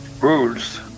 rules